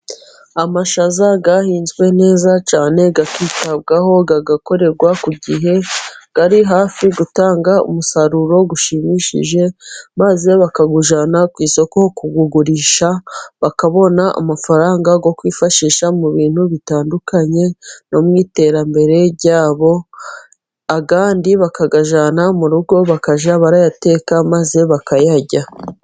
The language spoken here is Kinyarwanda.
Amashaza ahinzwe neza cyane akitabwaho, agakorerwa ku gihe, ari hafi gutanga umusaruro ushimishije, maze bakawujyana ku isoko kuwugurisha, bakabona amafaranga yo kwifashisha mu bintu bitandukanye no mu iterambere rya bo, ayandi bakayajyana mu rugo bakajya barayateka, maze bakayarya.